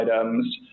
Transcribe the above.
items